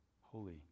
Holy